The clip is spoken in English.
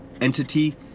entity